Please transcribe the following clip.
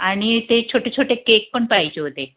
आणि ते छोटे छोटे केक पण पाहिजे होते